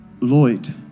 Lloyd